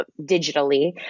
digitally